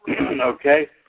Okay